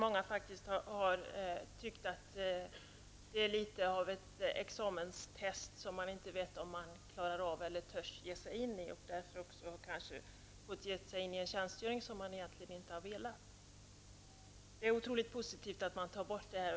Många har faktiskt tyckt att det är litet av ett examenstest som man inte vet om man klarar eller törs ge sig in i. Därför har man fått ge sig in i en tjänstgöring som man egentligen inte har velat. Det är otroligt positivt att detta tas bort.